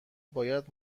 باید